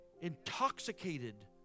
Intoxicated